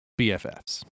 BFFs